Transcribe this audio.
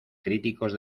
críticos